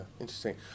interesting